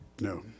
No